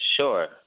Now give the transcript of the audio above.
sure